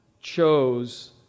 Chose